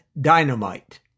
dynamite